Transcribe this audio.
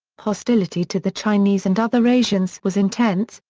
hostility to the chinese and other asians was intense,